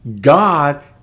God